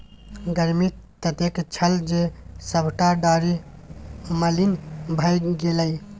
गर्मी ततेक छल जे सभटा डारि मलिन भए गेलै